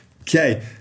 Okay